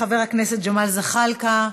חבר הכנסת ג'מאל זחאלקה,